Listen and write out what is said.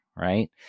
right